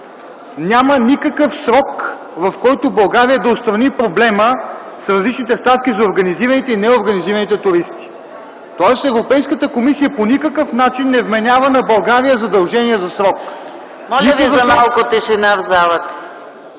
няма никакъв срок, в който България да отстрани проблема с различните ставки за организираните и неорганизираните туристи. Тоест Европейската комисия по никакъв начин не вменява на България задължения за срок, нито за ставка.